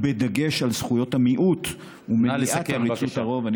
ובדגש על זכויות המיעוט ומניעת עריצות הרוב.